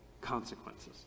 consequences